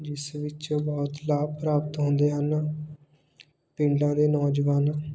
ਜਿਸ ਵਿੱਚ ਬਹੁਤ ਲਾਭ ਪ੍ਰਾਪਤ ਹੁੰਦੇ ਹਨ ਪਿੰਡਾਂ ਦੇ ਨੌਜਵਾਨ